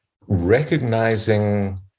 recognizing